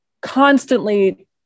constantly